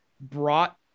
brought